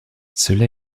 cela